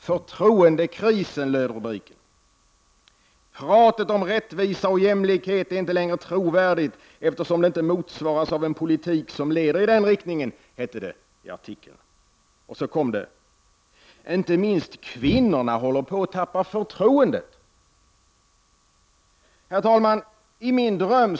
”Förtroendekrisen” löd rubriken. ”Pratet om rättvisa och jämlikhet är inte längre trovärdigt, eftersom det inte motsvaras av en politik som leder i den riktningen”, hette det i artikeln. Och så kom det: ”Inte minst — Prot. 1989/90:80 kvinnorna håller på att tappa förtroendet.” 7 mars 1990 Herr talman!